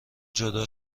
جدا